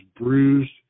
bruised